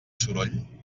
soroll